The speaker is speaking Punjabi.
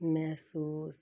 ਮਹਿਸੂਸ